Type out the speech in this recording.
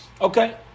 Okay